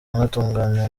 anatunganywa